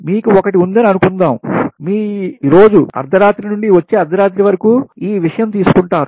మీకు ఒకటి ఉందని అనుకుందాం మీ ఈ రోజు అర్ధరాత్రి నుండి వచ్చే అర్ధరాత్రి వరకు మీరు ఈ విషయం తీసుకుంటారు